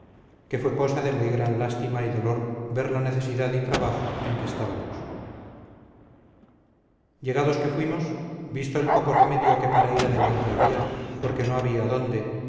que fue cosa de muy gran lástima y dolor ver la necesidad y trabajo en que estábamos llegados que fuimos visto el poco remedio que para ir adelante había porque no había dónde